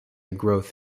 growth